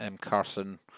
Carson